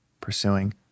pursuing